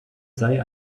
sei